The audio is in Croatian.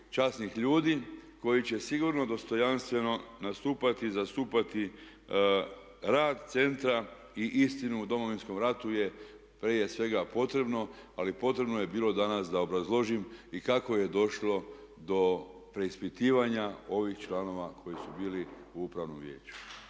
časnih ljudi koji će sigurno dostojanstveno nastupati i zastupati rad centra i istinu o Domovinskom ratu je prije potrebno ali potrebno je bilo danas da obrazložim i kako je došlo do preispitivanja ovih članova koji su bili u upravnom vijeću.